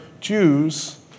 Jews